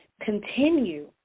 continue